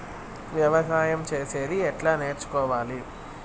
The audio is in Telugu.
వ్యవసాయం చేసేది ఎట్లా నేర్చుకోవాలి?